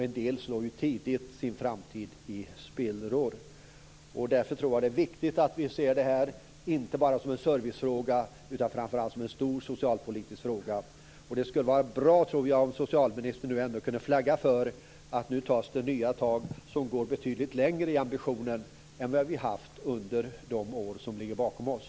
En del slår tidigt sin framtid i spillror. Därför är det viktigt att vi ser det här inte bara som en servicefråga utan också framför allt som en stor socialpolitisk fråga. Det skulle vara bra om socialministern kunde flagga för att det nu tas nya tag, som går betydligt längre i ambition än vad som varit fallet under de år som ligger bakom oss.